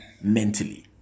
mentally